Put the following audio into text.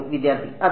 വിദ്യാർത്ഥി അതെ